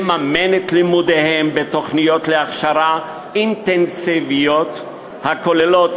לממן את לימודיהם בתוכניות הכשרה אינטנסיביות הכוללות